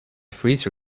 freezer